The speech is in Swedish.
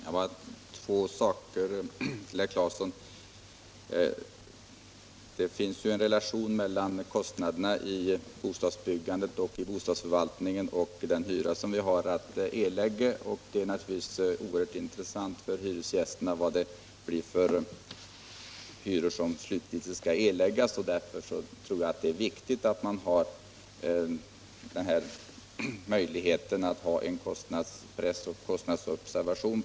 Herr talman! Jag vill till att börja med säga till herr Claeson, att det finns en relation mellan kostnaderna för bostadsbyggandet och bostadsförvaltningen och den hyra som vi har att erlägga, och det är naturligtvis oerhört intressant för hyresgästerna vilka hyror som slutgiltigt skall erläggas. Jag tror därför att det är viktigt att man har denna möjlighet till kostnadspress och en kostnadsobservation.